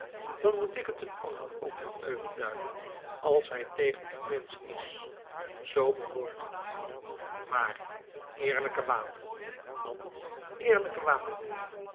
dan moet ik het een ander ook niet euvel duiden als hij tegen den prins is z behoort het maar eerlijke wapenen man eerlijke wapenen